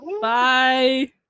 Bye